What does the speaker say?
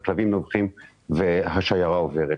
אבל הכלבים נובחים והשיירה עוברת.